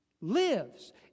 lives